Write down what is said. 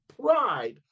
pride